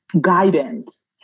guidance